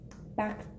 back